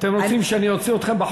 אתם רוצים שאני אוציא אתכם?